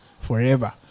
forever